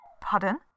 Pardon